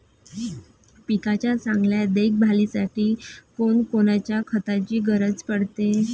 पिकाच्या चांगल्या देखभालीसाठी कोनकोनच्या खताची गरज पडते?